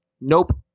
Nope